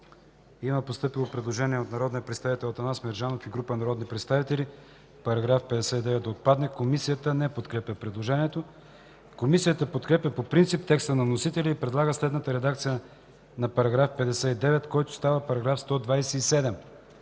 Има постъпило предложение на народния представител Атанас Мерджанов и група народни представители –§ 59 да отпадне. Комисията не подкрепя предложението. Комисията подкрепя по принцип текста на вносителя и предлага следната редакция на § 59, който става § 127: